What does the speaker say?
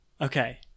Okay